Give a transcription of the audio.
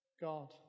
god